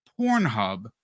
Pornhub